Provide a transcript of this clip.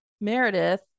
Meredith